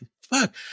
fuck